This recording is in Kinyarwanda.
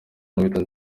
n’uwitwa